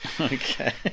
Okay